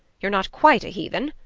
you're not quite a heathen.